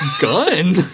Gun